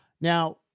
Now